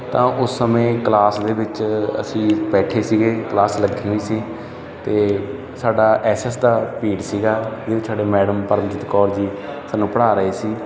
ਤਾਂ ਉਸ ਸਮੇਂ ਕਲਾਸ ਦੇ ਵਿੱਚ ਅਸੀਂ ਬੈਠੇ ਸੀਗੇ ਕਲਾਸ ਲੱਗੀ ਹੋਈ ਸੀ ਅਤੇ ਸਾਡਾ ਐੱਸ ਐੱਸ ਦਾ ਪੀਰਡ ਸੀਗਾ ਜਿਹਦੇ ਵਿੱਚ ਸਾਡੇ ਮੈਡਮ ਪਰਮਜੀਤ ਕੌਰ ਜੀ ਸਾਨੂੰ ਪੜ੍ਹਾ ਰਹੇ ਸੀ